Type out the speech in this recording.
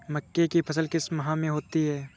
मक्के की फसल किस माह में होती है?